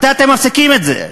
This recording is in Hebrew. מתי אתם מפסיקים את זה?